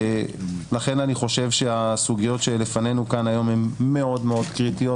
לכן אני חושב שהסוגיות שלפנינו כאן היום הם מאוד מאוד קריטיות.